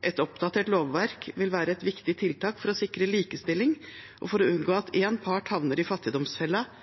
Et oppdatert lovverk vil være et viktig tiltak for å sikre likestilling og for å unngå at en part havner i